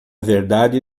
verdade